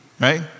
right